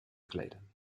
kleden